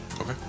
Okay